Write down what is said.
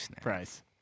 price